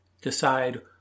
decide